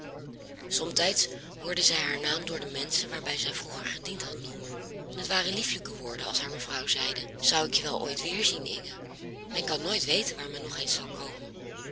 somtijds hoorde zij haar naam door de menschen waarbij zij vroeger gediend had noemen en het waren liefelijke woorden als haar mevrouw zeide zou ik je wel ooit weerzien inge men kan nooit weten waar men nog eens zal komen